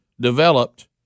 developed